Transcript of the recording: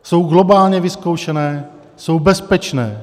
Jsou globálně vyzkoušené, jsou bezpečné.